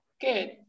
Good